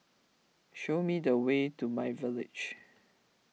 show me the way to myVillage